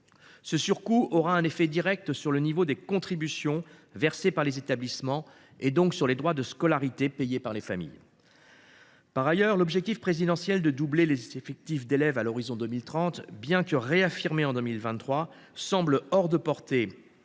Ce surcoût aura un effet direct sur le niveau des contributions versées par les établissements, donc sur les droits de scolarité payés par les familles. Par ailleurs, l’objectif présidentiel de doubler les effectifs d’élèves à l’horizon 2030, bien qu’il ait été réaffirmé en 2023, semble hors de portée,